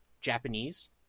Japanese